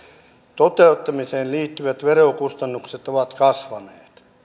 toteuttamiseen liittyvät verokustannukset ovat kasvaneet